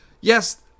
Yes